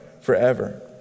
forever